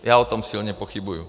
Já o tom silně pochybuju.